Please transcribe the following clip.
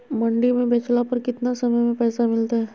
मंडी में बेचला पर कितना समय में पैसा मिलतैय?